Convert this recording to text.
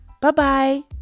Bye-bye